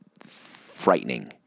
frightening